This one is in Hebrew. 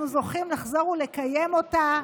אנחנו זוכים לחזור ולקיים אותה